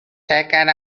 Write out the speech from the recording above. taken